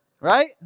Right